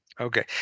Okay